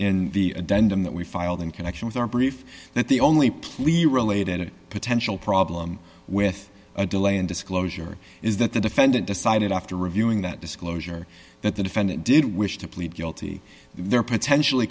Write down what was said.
in the dent in that we filed in connection with our brief that the only plea related potential problem with a delay in disclosure is that the defendant decided after reviewing that disclosure that the defendant did wish to plead guilty there potentially